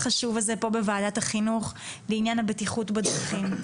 חשוב הזה פה בוועדת החינוך לעניין הבטיחות בדרכים,